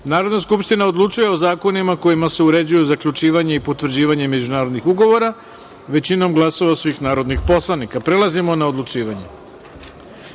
Narodna skupština odlučuje o zakonima kojima se uređuje zaključivanje i potvrđivanje međunarodnih ugovora većinom glasova svih narodnih poslanika. Prelazimo na odlučivanje. Prva